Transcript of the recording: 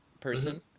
person